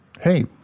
hey